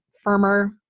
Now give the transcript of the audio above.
firmer